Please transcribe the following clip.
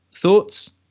Thoughts